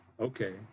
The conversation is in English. okay